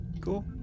cool